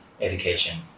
education